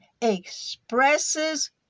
expresses